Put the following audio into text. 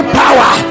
power